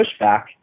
pushback